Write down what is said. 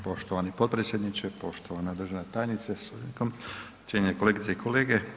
Poštovani potpredsjedniče, poštovana državna tajniče sa, ... cijenjene kolegice i kolege.